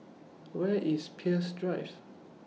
Where IS Peirce Drive